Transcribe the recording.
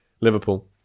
Liverpool